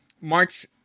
March